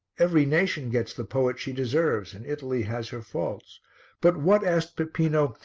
every nation gets the poet she deserves and italy has her faults but what, asked peppino,